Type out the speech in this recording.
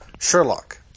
Sherlock